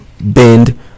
bend